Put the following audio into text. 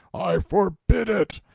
i forbid it!